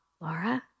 Laura